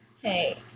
Hey